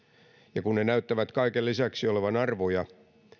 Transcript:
ja kun ne näyttävät kaiken lisäksi olevan arvoja